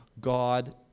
God